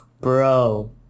Bro